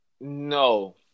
No